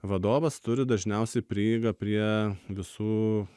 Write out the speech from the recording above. vadovas turi dažniausiai prieigą prie visų